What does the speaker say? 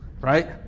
right